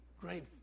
great